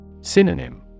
Synonym